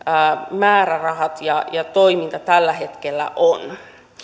määrärahat ja ja toiminta tällä hetkellä ovat